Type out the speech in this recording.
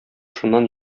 шуннан